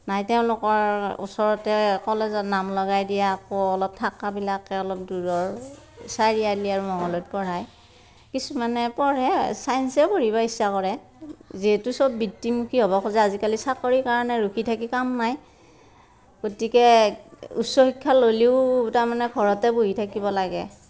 নাই তেওঁলোকৰ ওচৰতে কলেজত নাম লগাই দিয়ে আকৌ অলপ থকাবিলাকে অলপ দূৰৰ চাৰিআলি আৰু মঙ্গলদৈত পঢ়ায় কিছুমানে পঢ়ে ছাইন্সে পঢ়িব ইচ্ছা কৰে যিহেতু চব বৃত্তিমুখী হ'ব খোজে আজিকালি চাকৰি কাৰণে ৰখি থাকি কাম নাই গতিকে উচ্চ শিক্ষা ল'লেও তাৰমানে ঘৰতে বহি থাকিব লাগে